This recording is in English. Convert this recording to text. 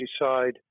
decide